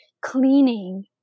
cleaning